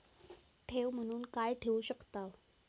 ठेव म्हणून काय ठेवू शकताव?